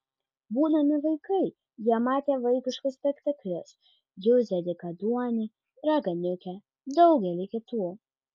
būdami vaikai jie matė vaikiškus spektaklius juzę dykaduonį raganiukę daugelį kitų